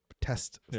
test